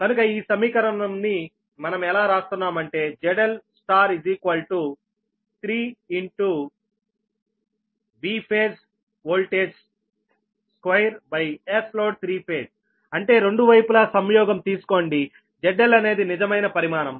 కనుక ఈ సమీకరణం ని మనం ఎలా రాస్తున్నాం అంటే ZL 3 Vphasevoltage 2Sload3∅అంటే రెండు వైపులా సంయోగం తీసుకోండి ZL అనేది నిజమైన పరిమాణం